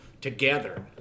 together